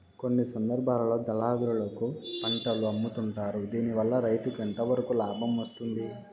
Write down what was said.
కొన్ని సందర్భాల్లో దళారులకు పంటలు అమ్ముతుంటారు దీనివల్ల రైతుకు ఎంతవరకు లాభం వస్తుంది?